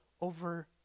over